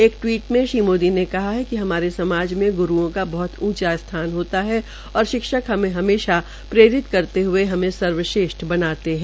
एक टवीट में श्री मोदी ने कहा कि हमारे समाज के ग्रूओं की बहंत ऊंचा स्थान होता है और शिक्षक हमें हमेशा प्रेरित करते हए हमें सर्वश्रेष्ठ बनाते है